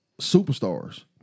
superstars